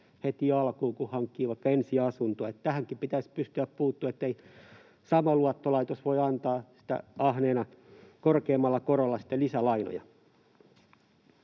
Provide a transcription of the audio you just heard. heti alkuun, kun hankkii vaikka ensiasuntoa. Tähänkin pitäisi pystyä puuttumaan, ettei sama luottolaitos voi antaa ahneena korkeammalla korolla lisälainoja.